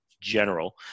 general